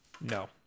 No